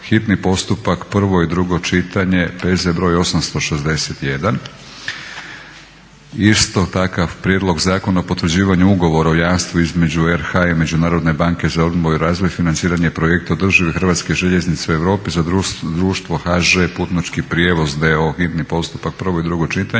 hitni postupak, prvo i drugo čitanje, P.Z. br. 861; - Konačni prijedlog Zakona o potvrđivanju Ugovora o jamstvu između Republike Hrvatske i Međunarodne banke za obnovu i razvoj za financiranje projekta održivih Hrvatskih željeznica u Europi za društvo HŽ Putnički prijevoz d.o.o., hitni postupak, prvo i drugo čitanje,